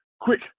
quick